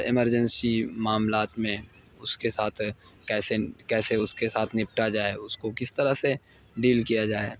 emergency معاملات میں اس کے ساتھ کیسے کیسے اس کے ساتھ نپٹا جائے اس کو کس طرح سے ڈیل کیا جائے